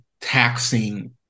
Taxing